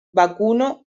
vacuno